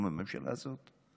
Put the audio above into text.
עם הממשלה הזאת.